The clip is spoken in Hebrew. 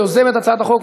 יוזמת הצעת החוק,